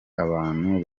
abantu